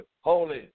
holy